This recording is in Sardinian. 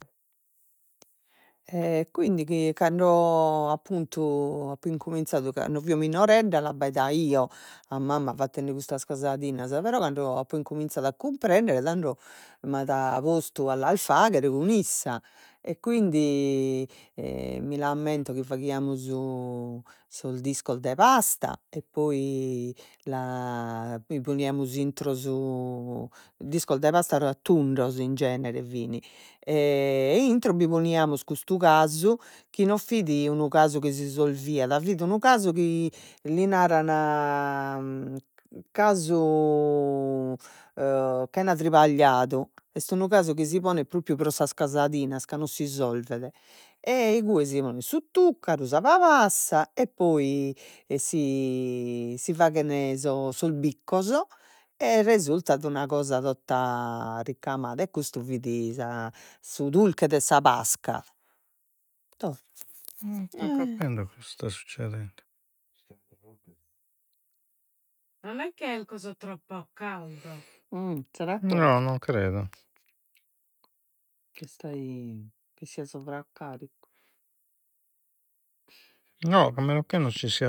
quindi chi cando appuntu apo incominzadu, cando fio minoredda, l'abbaidaio a mamma fattende custas casadinas, però cando apo incominzadu a cumprender tando m'at postu a las fagher cun issa, e quindi mi l'ammento chi faghiamus sos discos de pasta, e poi la bi poniamus intro su discos de pasta tundos, in genere fin e intro bi poniamus custu casu, chi non fit unu casu chi s'isolviat, fit unu casu chi li naran casu chena tribagliadu est unu casu chi si ponet propriu pro sas casadinas, ca non si isolvet, e igue si ponet su tuccaru, sa pabassa, e poi si si faghen sos biccos, e resultat una cosa tota ricamada, e custu fit sa su dulche de sa Pasca